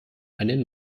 einen